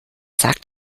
sagt